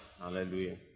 hallelujah